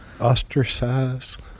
Ostracized